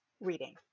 reading